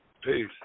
Peace